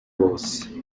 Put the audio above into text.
bose